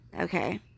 okay